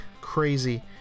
Crazy